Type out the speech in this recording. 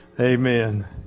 Amen